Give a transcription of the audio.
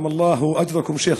(אומר בערבית: רחמי האל עליו ומי ייתן